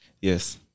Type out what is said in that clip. Yes